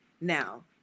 now